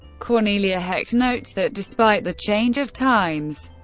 cornelia hecht notes that despite the change of times,